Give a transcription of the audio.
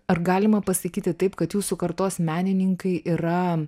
ar galima pasakyti taip kad jūsų kartos menininkai yra